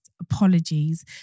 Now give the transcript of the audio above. apologies